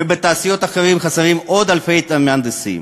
ובתעשיות אחרות חסרים עוד אלפי מהנדסים.